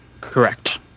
Correct